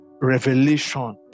revelation